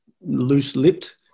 loose-lipped